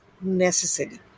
necessary